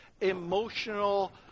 emotional